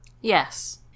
Yes